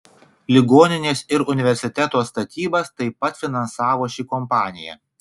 ligoninės ir universiteto statybas taip pat finansavo ši kompanija